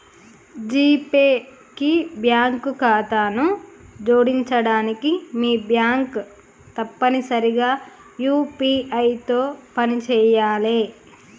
GPay కి bank ఖాతాను జోడించడానికి మీ బ్యాంక్ తప్పనిసరిగా యూ.పీ.ఐ తో పనిచేయాలే